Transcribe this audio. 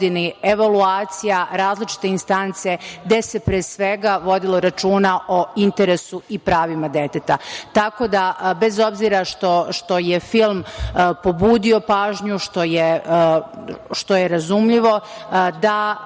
evaluacija, različite instance, gde se pre svega vodilo računa o interesu i pravu deteta. Tako da, bez obzira što je fil pobudio pažnju što je razumljivo, da